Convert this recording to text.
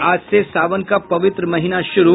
और आज से सावन का पवित्र महीना शुरू